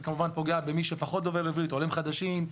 זה פוגע במי שלא דובר עברית, בעולים חדשים.